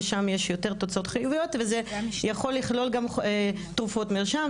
ושם יש יותר תוצאות חיוביות וזה יכול לכלול גם תרופות מרשם,